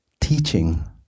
teaching